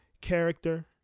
character